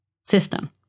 system